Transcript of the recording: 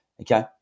okay